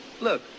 Look